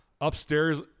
upstairs